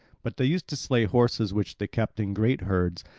but they used to slay horses which they kept in great herds.